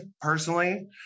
personally